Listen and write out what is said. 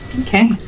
Okay